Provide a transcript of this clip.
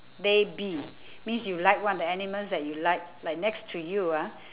they be means you like what one of the animals that you like like next to you ah